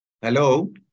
Hello